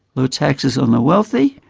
low taxes on the wealthy,